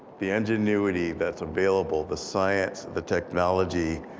the ingenuity that's available, the science, the technology,